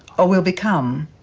or will become,